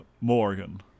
Morgan